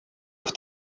auf